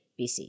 BC